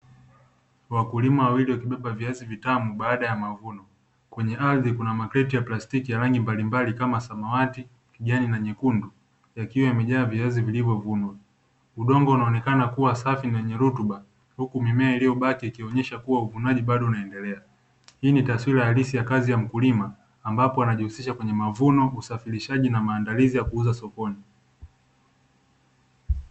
Wakulima wawili wakibeba viazi vitamu baada ya mavuno. Kwenye ardhi kuna makreti ya plastiki ya rangi mbalimbali kama vile samawati, kijani na nyekundu yakiwa yamejaa viazi vilivyovunwa. Udongo unaonekana kuwa safi na wenye rutuba mimea iliyobaki ikionesha kuwa uvunaji bado unaendelea. Hii ni taswira halisi ya kazi ya mkulima ambapo anajihusisha kwenye mavuno, usafirishaji na maandalizi ya kuuza sokoni.